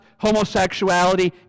homosexuality